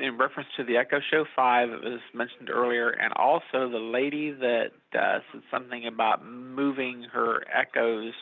in reference to the echo show five it was mentioned earlier and also the lady that does something about moving her echoes